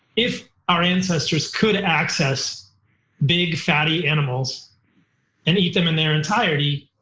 if our ancestors could access big fatty animals and eat them in their entirety,